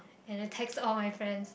and then text all my friends